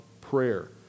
prayer